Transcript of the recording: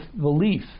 belief